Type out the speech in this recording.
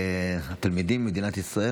שתלמידים במדינת ישראל,